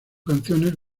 canciones